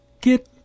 get